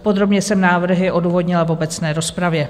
Podrobně jsem návrhy odůvodnila v obecné rozpravě.